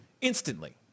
Instantly